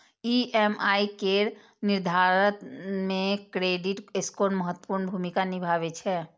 EMI केर निर्धारण मे क्रेडिट स्कोर महत्वपूर्ण भूमिका निभाबै छै